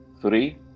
three